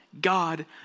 God